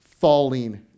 falling